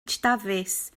dafis